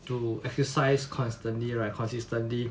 to exercise constantly right consistently